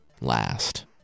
last